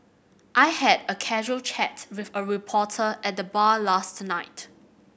I had a casual chat with a reporter at the bar last night